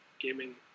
gaming